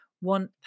one